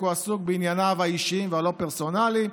כי הוא עסוק בענייניו האישיים והלא-פרסונליים.